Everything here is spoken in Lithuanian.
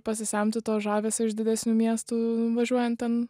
pasisemti to žavesio iš didesnių miestų važiuojant ten